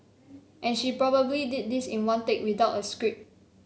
and she probably did this in one take without a script